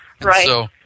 Right